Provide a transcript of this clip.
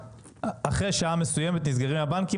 אחרי שעה מסוימת נסגרים הבנקים,